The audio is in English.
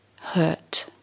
hurt